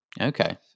okay